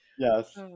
Yes